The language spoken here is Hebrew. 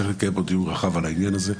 צריך להתקיים פה דיון רחב על העניין הזה.